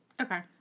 Okay